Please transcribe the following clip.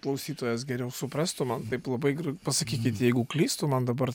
klausytojas geriau suprastų man taip labai pasakykit jeigu klystu man dabar